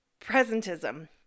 Presentism